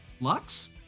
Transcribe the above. Lux